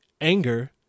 anger